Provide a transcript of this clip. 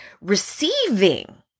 receiving